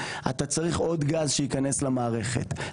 אתה צריך עוד גז שיכנס למערכת.